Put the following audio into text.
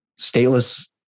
stateless